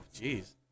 Jeez